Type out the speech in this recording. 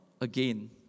again